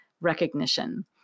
recognition